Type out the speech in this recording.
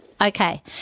Okay